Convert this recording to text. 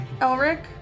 Elric